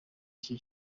aricyo